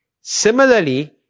Similarly